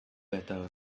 better